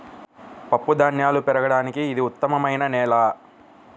పప్పుధాన్యాలు పెరగడానికి ఇది ఉత్తమమైన నేల